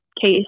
case